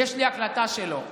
יש לי הקלטה שלו.